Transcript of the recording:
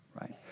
right